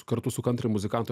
kartu su kantri muzikantu